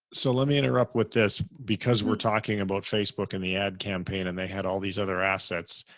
so let me interrupt with this because we're talking about facebook and the ad campaign and they had all these other assets.